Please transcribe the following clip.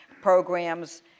programs